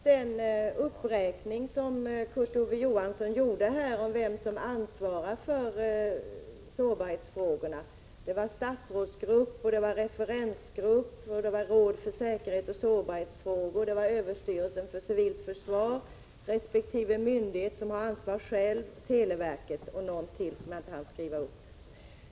Herr talman! Kurt Ove Johansson räknade upp här vilka som ansvarar för sårbarhetsfrågorna — statsrådsgrupp, olika referensgrupper, rådet för säkerhetsoch sårbarhetsfrågor, överstyrelsen för civilt försvar, resp. myndigheter, televerket osv.